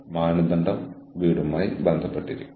ആരാണ് ഈ ചെലവുകൾ ഏറ്റെടുക്കുന്നത്